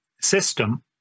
system